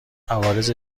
عوارض